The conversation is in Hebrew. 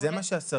זה מה שהשרים,